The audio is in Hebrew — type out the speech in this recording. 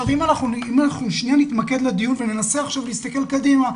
אם שנייה נתמקד בדיון וננסה עכשיו להסתכל קדימה,